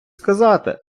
сказати